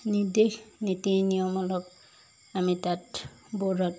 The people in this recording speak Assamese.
নিৰ্দেশ নীতি নিয়ম অলপ আমি তাত বৰ্ডত